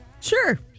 Sure